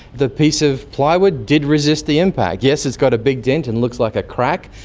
the piece of plywood did resist the impact. yes, it's got a big dent and looks like a crack.